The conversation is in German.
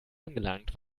angelangt